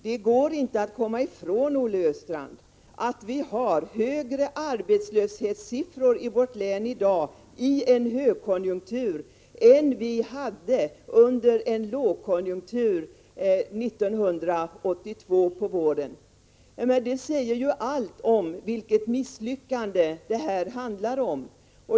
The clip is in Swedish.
Det går inte att komma ifrån, Olle Östrand, att vi har högre arbetslöshetssiffror i vårt län i dag i en högkonjunktur än vi hade under en lågkonjunktur 1982 på våren. Det säger ju allt om vilket misslyckande det handlar om.